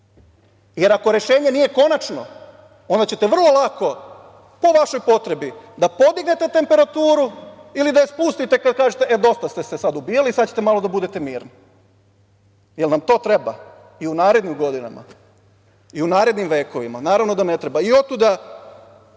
jer ako rešenje nije konačno ono će vrlo lako, po vašoj potrebi da podignete temperaturu, ili da je spustite kad kažete – e, dosta ste se sad ubijali, sada ćete malo da budete mirni. Da li nam to treba, i u narednim godinama i u narednim vekovima? Naravno da ne treba. Otuda